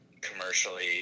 commercially